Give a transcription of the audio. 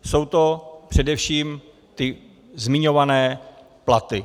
Jsou to především ty zmiňované platy.